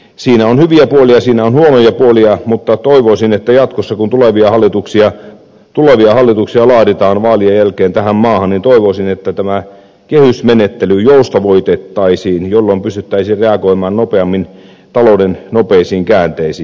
siinä on hyviä puolia ja siinä on huonoja puolia mutta toivoisin että jatkossa kun tulevia hallituksia laaditaan vaalien jälkeen tähän maahan tämä kehysmenettely joustavoitettaisiin jolloin pystyttäisiin reagoimaan nopeammin talouden nopeisiin käänteisiin